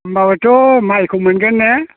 होनबाबोथ' माइखौ मोनगोन ने